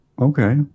okay